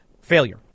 failure